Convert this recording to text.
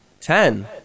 Ten